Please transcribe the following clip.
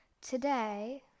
Today